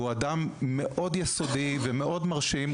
שהוא אדם מאוד יסודי ומאוד מרשים,